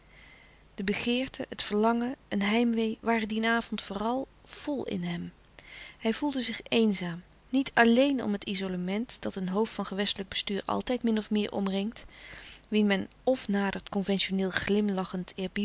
de begeerte het verlangen een heimwee waren dien avond vooral vol in hem hij voelde zich eenzaam niet alléen om het izolement dat een hoofd van gewestelijk bestuur altijd min of meer omringt wien men f nadert conventioneel